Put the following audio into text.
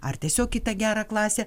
ar tiesiog į tą gerą klasę